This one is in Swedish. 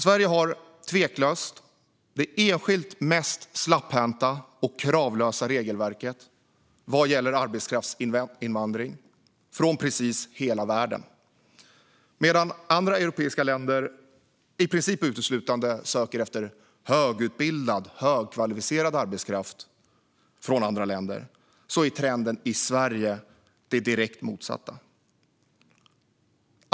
Sverige har tveklöst det enskilt mest slapphänta och kravlösa regelverket vad gäller arbetskraftsinvandring från precis hela världen. Medan andra europeiska länder i princip uteslutande söker efter högutbildad, högkvalificerad arbetskraft från andra länder är trenden i Sverige den direkt motsatta.